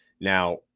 Now